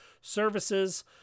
services